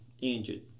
engine